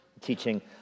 teaching